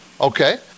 Okay